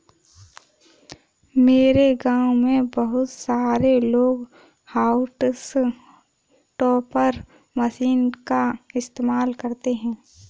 मेरे गांव में बहुत सारे लोग हाउस टॉपर मशीन का इस्तेमाल करते हैं